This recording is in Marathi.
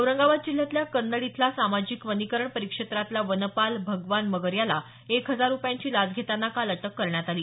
औरंगाबाद जिल्ह्यातल्या कन्नड इथल्या सामाजिक वनीकरण परीक्षेत्रातला वनपाल भगवान मगर याला एक हजार रुपयांची लाच घेतांना काल अटक करण्यात आली